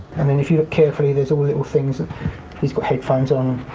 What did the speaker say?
and then if you look carefully, there is all little things. he's got headphones on,